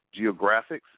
geographics